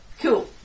Cool